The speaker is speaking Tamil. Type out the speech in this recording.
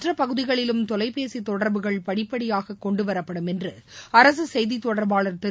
மற்ற பகுதிகளிலும் தொலைபேசி தொடர்புகள் படிப்படியாக கொண்டுவரப்படும் என்று அரசு செய்தித்தொடர்பாளர் திரு